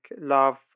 love